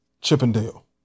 Chippendale